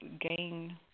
gain